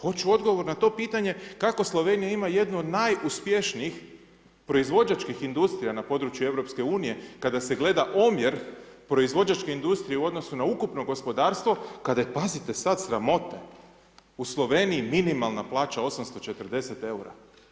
Hoću odgovor na to pitanje, kako Slovenija ima jednu od najuspješnijih proizvođačkih industrija na području EU, kada se gleda omjer proizvođačke industrije u odnosu na ukupno gospodarstvo, kada je pazite sada, sramota je u Sloveniji minimalna plaća 840 eura.